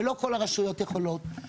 שלא כול הרשויות יכולות להרשות לעצמן.